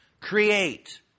create